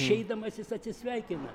išeidamas jis atsisveikina